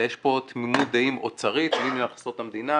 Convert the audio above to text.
אלא יש פה תמימות דעים אוצרית מהכנסות המדינה,